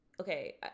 okay